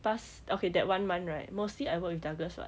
past okay that one month right mostly I work with douglas [what]